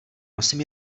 nosím